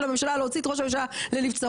הממשלה להוציא את ראש הממשלה לנבצרות,